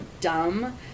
dumb